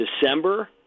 december